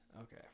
Okay